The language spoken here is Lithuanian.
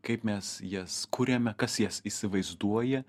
kaip mes jas kuriame kas jas įsivaizduoja